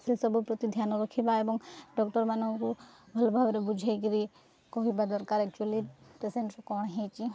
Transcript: ସେସବୁ ପ୍ରତି ଧ୍ୟାନ ରଖିବା ଏବଂ ଡକ୍ଟରମାନଙ୍କୁ ଭଲ ଭାବରେ ବୁଝେଇକିରି କହିବା ଦରକାର ଆକ୍ଚୁଆଲି ପେସେଣ୍ଟର କଣ ହେଇଛି